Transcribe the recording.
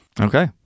Okay